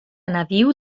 nadiu